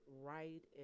right